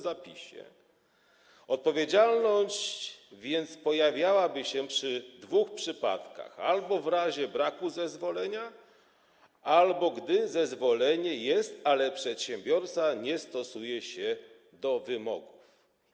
Zapis brzmiał: Odpowiedzialność więc pojawiałaby się przy dwóch przypadkach: albo w razie braku zezwolenia, albo gdy zezwolenie jest, ale przedsiębiorca nie stosuje się do wymogów.